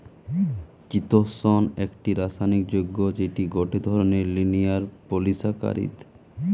চিতোষণ একটি রাসায়নিক যৌগ্য যেটি গটে ধরণের লিনিয়ার পলিসাকারীদ